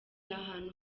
ahantu